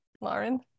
lauren